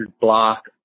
block